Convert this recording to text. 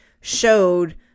showed